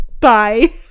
Bye